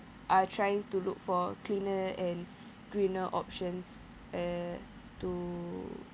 are trying to look for cleaner and greener options uh to